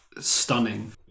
stunning